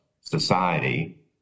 society